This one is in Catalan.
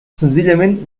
senzillament